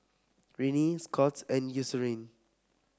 Rene Scott's and Eucerin